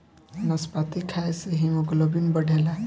नाशपाती खाए से हिमोग्लोबिन बढ़ेला